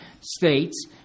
states